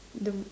the